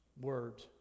word